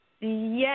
Yes